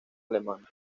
alemana